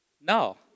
No